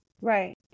Right